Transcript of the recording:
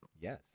Yes